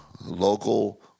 Local